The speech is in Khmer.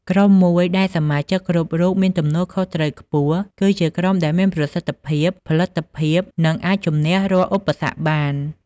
ក្រុមមួយដែលសមាជិកគ្រប់រូបមានទំនួលខុសត្រូវខ្ពស់ គឺជាក្រុមដែលមានប្រសិទ្ធភាព ផលិតភាព និងអាចជំនះរាល់ឧបសគ្គបាន។